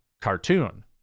cartoon